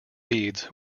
beads